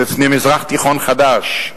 בפני מזרח תיכון חדש.